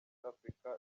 africa